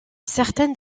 certaines